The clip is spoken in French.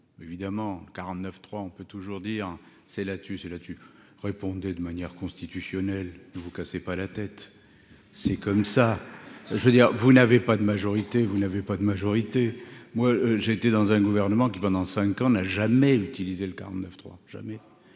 évidemment 49 3 on peut toujours dire c'est là tu sais là tu répondais de manière constitutionnelle ne vous cassez pas la tête, c'est comme ça, je veux dire, vous n'avez pas de majorité, vous n'avez pas de majorité, moi j'ai été dans un gouvernement qui, pendant 5 ans, n'a jamais utilisé le 49 3, jamais